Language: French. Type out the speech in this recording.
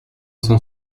cent